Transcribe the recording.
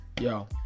yo